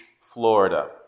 Florida